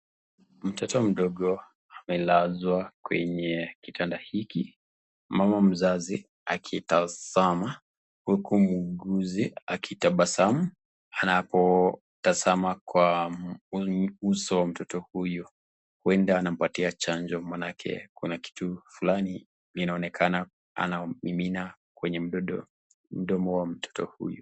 Mtoto mdogo amelaswa kwenye kitanda hiki ,mama moja mzazi akitasama huku muuguzi akitapasamu anapotasama kwa uso wa moto huyu huenda anapatia dawa manake kuna kitu fulani anaonekana anaminina mdomo ya mtotohuyu.